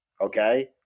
okay